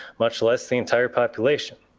much less the entire population.